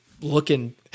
looking